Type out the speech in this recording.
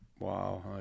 Wow